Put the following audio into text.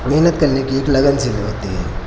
मेहनत करने की एक लगन सी होती है